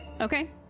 Okay